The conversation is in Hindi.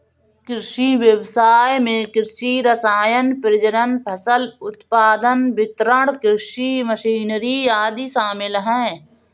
कृषि व्ययसाय में कृषि रसायन, प्रजनन, फसल उत्पादन, वितरण, कृषि मशीनरी आदि शामिल है